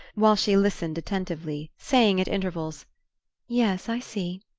while she listened attentively, saying at intervals yes, i see.